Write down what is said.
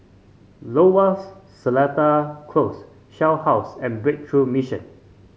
Lowers Seletar Close Shell House and Breakthrough Mission